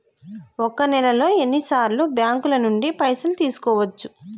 ఒక నెలలో ఎన్ని సార్లు బ్యాంకుల నుండి పైసలు తీసుకోవచ్చు?